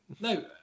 No